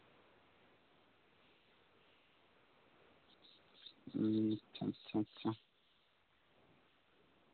ᱦᱩᱸ ᱟᱪᱪᱷᱟ ᱪᱷᱟ ᱪᱷᱟ